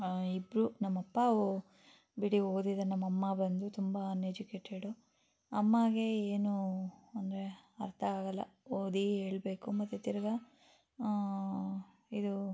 ಇಬ್ಬರು ನಮ್ಮ ಅಪ್ಪ ಓ ಬಿಡಿ ಓದಿದ್ದಾರೆ ನಮ್ಮ ಅಮ್ಮ ಬಂದು ತುಂಬ ಅನ್ಎಜುಕೇಟೆಡು ಅಮ್ಮಾಗೆ ಏನು ಅಂದರೆ ಅರ್ಥ ಆಗೋಲ್ಲ ಓದಿ ಹೇಳಬೇಕು ಮತ್ತು ತಿರ್ಗಿ ಇದು